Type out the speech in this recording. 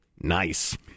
Nice